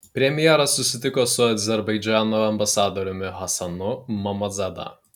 premjeras susitiko su azerbaidžano ambasadoriumi hasanu mammadzada